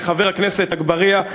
חבר הכנסת אגבאריה,